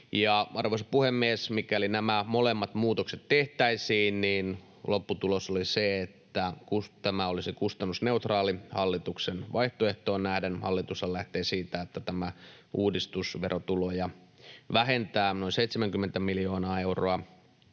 Arvoisa puhemies! Mikäli nämä molemmat muutokset tehtäisiin, lopputulos olisi se, että tämä olisi kustannusneutraali hallituksen vaihtoehtoon nähden. Hallitushan lähtee siitä, että tämä uudistus verotuloja vähentää noin 70 miljoonaa euroa,